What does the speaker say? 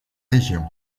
région